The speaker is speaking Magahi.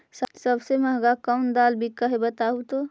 सबसे महंगा कोन दाल बिक है बताहु तो?